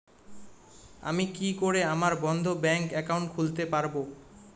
আমি কি করে আমার বন্ধ ব্যাংক একাউন্ট খুলতে পারবো?